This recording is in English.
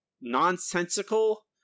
nonsensical